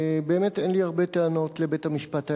ובאמת אין לי הרבה טענות לבית-המשפט העליון,